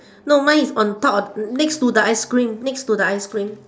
no mine is on top of next to the ice cream next to the ice cream